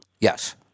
Yes